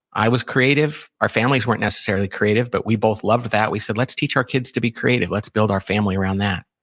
i was creative. our families weren't necessarily creative. but we both loved that. we said, let's teach our kids to be creative. let's build our family around that.